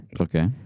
Okay